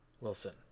Wilson